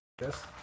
Yes